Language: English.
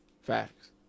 facts